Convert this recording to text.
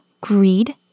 greed